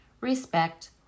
respect